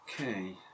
Okay